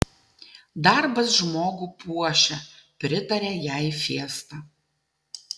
darbas žmogų puošia pritarė jai fiesta